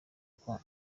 kwa